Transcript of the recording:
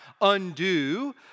undo